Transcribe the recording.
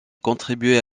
contribué